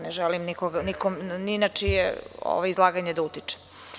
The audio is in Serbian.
Ne želim ni na čije izlaganje da utičem.